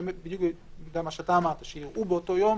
בדיוק בגלל מה שאתה אמרת, שיראו באותו יום